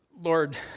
Lord